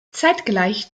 zeitgleich